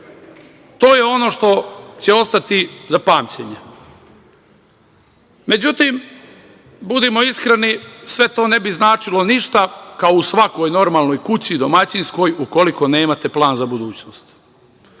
To je ono što će ostati za pamćenje.Međutim, budimo iskreni, sve to ne bi značilo ništa, kao u svakoj normalnoj kući, domaćinskoj, ukoliko nemate plan za budućnost. Vi